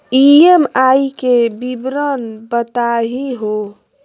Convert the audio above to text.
EMI के विवरण बताही हो?